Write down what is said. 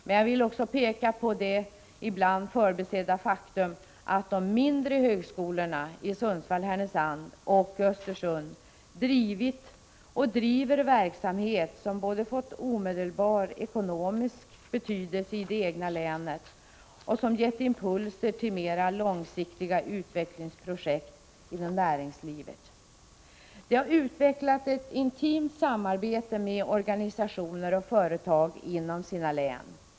Men jag vill också peka på ett ibland förbisett faktum, nämligen att de mindre högskolorna i Sundsvall/ Härnösand och Östersund har drivit och driver en verksamhet som både har fått omedelbar ekonomisk betydelse i det egna länet och har gett impulser till mer långsiktiga utvecklingsprojekt inom näringslivet. De har utvecklat ett intimt samarbete med organisationer och företag inom sina län.